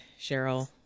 Cheryl